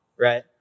right